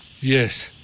Yes